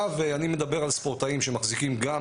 היה ואני מדבר על ספורטאים שמחזיקים גם